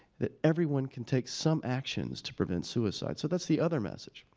that everyone can take some actions to prevent suicide. so, that's the other message.